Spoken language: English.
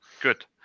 good